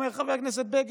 אומר חבר הכנסת בגין,